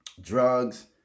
drugs